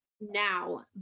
Now